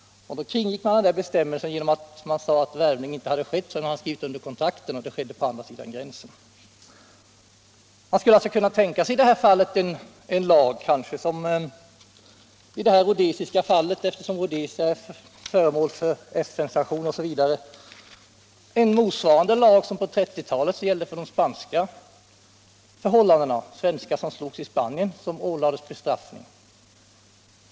Då kringgick man bestämmelsen genom att hävda att värvning inte hade skett förrän kontrakten skrivits under, och det skedde på andra sidan gränsen. Man skulle kanske när det gäller värvning till den rhodesiska armén, eftersom Rhodesia är föremål för FN-sanktion m.m., kunna tänka sig en lag motsvarande den som på 1930-talet gällde för svenskar som slogs i Spanien och som ålades bestraffning.